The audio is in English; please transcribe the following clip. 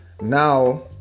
Now